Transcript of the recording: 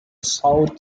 south